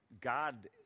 God